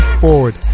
forward